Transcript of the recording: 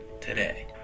today